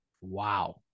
Wow